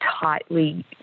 tightly